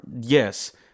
Yes